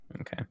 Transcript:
Okay